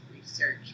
research